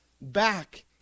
back